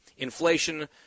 Inflation